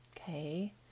okay